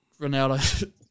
Ronaldo